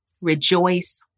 Rejoice